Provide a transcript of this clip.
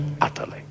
utterly